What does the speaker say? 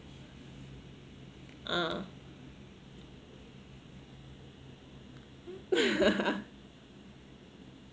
ah